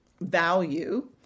value